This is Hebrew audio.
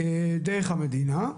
דרך המדינה,